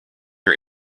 are